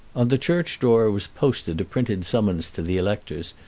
on the church door was posted a printed summons to the electors,